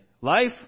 Life